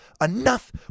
enough